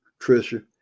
Trisha